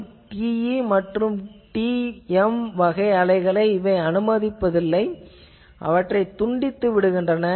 இவை TE அல்லது TM வகை அலைகளை அனுமதிப்பதில்லை அவற்றைத் துண்டித்துவிடுகின்றன